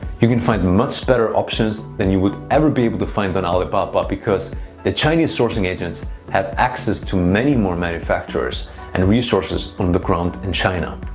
you can find much better options than you would ever be able to find on alibaba because the chinese sourcing agents have access to many more manufacturers and resources on the ground in china.